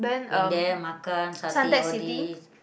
and then makan satay all these